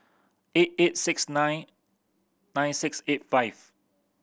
eight eight six nine nine six eight five